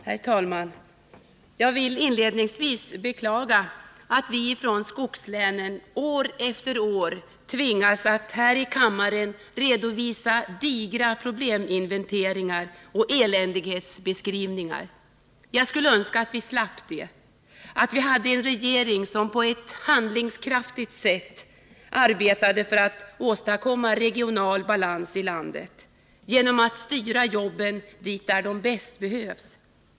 Herr talman! Jag vill inledningsvis beklaga att vi från skogslänen år efter år tvingas att här i kammaren redovisa digra probleminventeringar och eländighetsbeskrivningar. Jag skulle önska att vi slapp det, att vi hade en regering som på ett handlingskraftigt sätt arbetade för att åstadkomma regional balans i landet, genom att styra jobben dit där de bäst behövs.